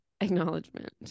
acknowledgement